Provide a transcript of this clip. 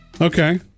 Okay